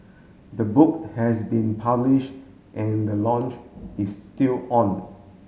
the book has been publish and the launch is still on